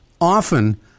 often